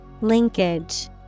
Linkage